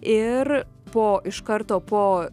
ir po iš karto po